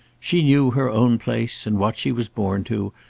she knew her own place and what she was born to,